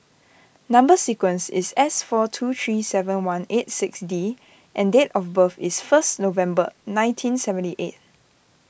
Number Sequence is S four two three seven one eight six D and date of birth is first November nineteen seventy eight